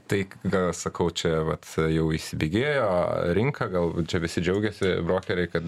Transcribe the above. tai ką sakau čia vat jau įsibėgėjo rinka gal čia visi džiaugiasi brokeriai kad